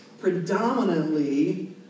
predominantly